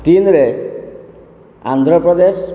ତିନିରେ ଆନ୍ଧ୍ରପ୍ରଦେଶ